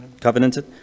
covenanted